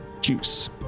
juice